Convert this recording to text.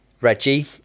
Reggie